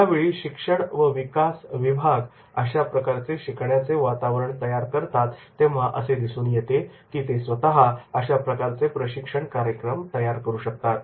ज्यावेळी शिक्षण व विकास विभाग अशा प्रकारचे शिकण्याचे वातावरण तयार करतात तेव्हा असे दिसून येते की ते स्वतः अशा प्रकारचे प्रशिक्षण कार्यक्रम तयार करू शकतात